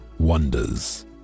wonders